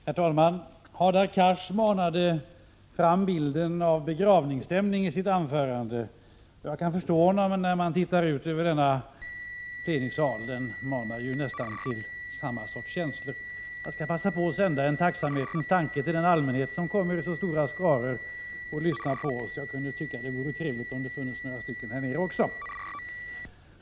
Herr talman! Hadar Cars manade fram intrycket av begravningsstämning i sitt anförande. Jag kan förstå honom, när jag ser ut över plenisalen — den åsynen manar ju nästan till samma sorts känslor. Jag skall passa på att säga några tacksamhetens ord till den allmänhet som kommer i så stora skaror och lyssnar på oss. Jag skulle tycka att det vore trevligt om det funnes något fler åhörare här nere också.